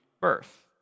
birth